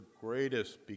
greatest